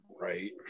Right